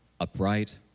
upright